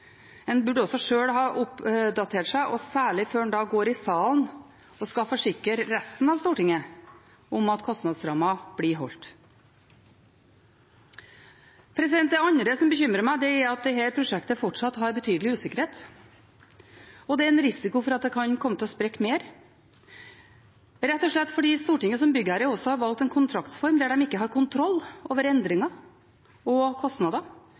En burde også sjøl ha oppdatert seg, og særlig før man går i salen og skal forsikre resten av Stortinget om at kostnadsrammen blir holdt. Det andre som bekymrer meg, er at dette prosjektet fortsatt har betydelig usikkerhet. Og det er en risiko for at det kan komme til å sprekke mer – rett og slett fordi Stortinget som byggherre også har valgt en kontraktsform der de ikke har kontroll over endringer og kostnader.